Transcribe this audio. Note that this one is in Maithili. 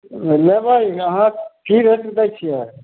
लेबै अहाँ की रेट दै छियै